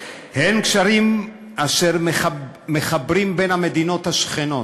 אין גשרים אשר מחברים בין המדינות השכנות,